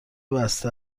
بسته